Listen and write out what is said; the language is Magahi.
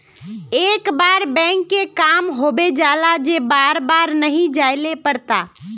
एक बार बैंक के काम होबे जाला से बार बार नहीं जाइले पड़ता?